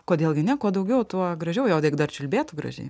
kodėl gi ne kuo daugiau tuo gražiau o jeigu dar čiulbėtų gražiai